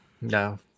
No